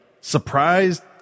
surprised